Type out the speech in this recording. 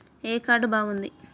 ఏ card బాగుంది?